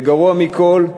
וגרוע מכול,